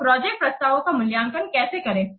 तो प्रोजेक्ट प्रस्तावों का मूल्यांकन कैसे करें